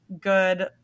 good